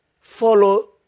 follow